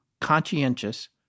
conscientious